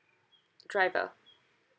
driver